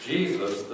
Jesus